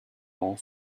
more